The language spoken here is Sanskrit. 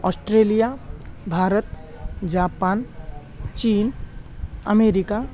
आस्ट्रेलिया भारतम् जापन् चीन् अमेरिका